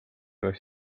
oleks